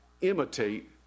imitate